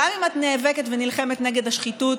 גם אם את נאבקת ונלחמת נגד השחיתות,